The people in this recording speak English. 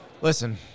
Listen